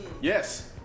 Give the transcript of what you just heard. Yes